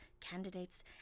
candidates